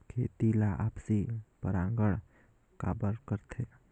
खेती ला आपसी परागण काबर करथे?